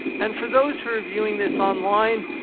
and for those who are viewing this online,